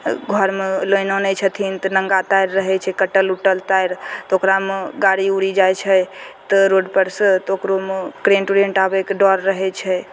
घरमे लाइन आनय छथिन तऽ नङ्गा तार रहय छै कटल उटल तार तऽ ओकरामे गाड़ी उरी जाइ छै तऽ रोडपर सँ तऽ ओकरोमे करेन्ट उरेन्ट आबयके डर रहय छै